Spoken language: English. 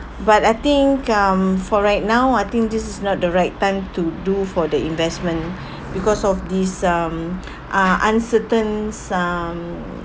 but I think um for right now I think this is not the right time to do for the investment because of this um uh uncertain um